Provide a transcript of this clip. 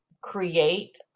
create